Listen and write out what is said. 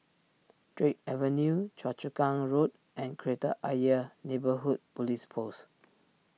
Drake Avenue Choa Chu Kang Road and Kreta Ayer Neighbourhood Police Post